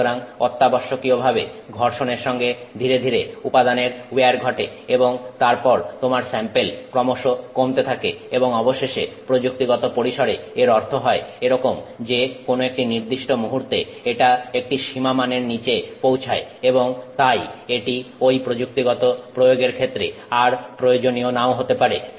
সুতরাং অত্যাবশ্যকীয় ভাবে ঘর্ষণের সঙ্গে ধীরে ধীরে উপাদানের উইয়ার ঘটে এবং তারপর তোমার স্যাম্পেল ক্রমশ কমতে থাকে এবং অবশেষে প্রযুক্তিগত পরিসরে এর অর্থ হয় এরকম যে কোন একটি নির্দিষ্ট মুহূর্তে এটা একটি সীমামানের নিচে পৌঁছায় এবং তাই এটি ওই প্রযুক্তিগত প্রয়োগের ক্ষেত্রে আর প্রয়োজনীয় নাও হতে পারে